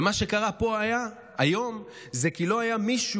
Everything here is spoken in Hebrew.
ומה שקרה פה היום היה כי לא היה מישהו,